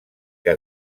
que